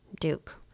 Duke